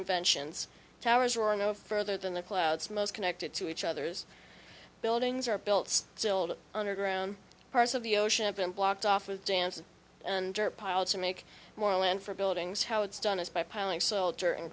inventions towers were no further than the clouds most connected to each others buildings are built still underground parts of the ocean have been blocked off with dancing and dirt pile to make more land for buildings how it's done is by piling soldier and